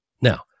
Now